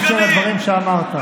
לדברים שאמרת.